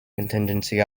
contingency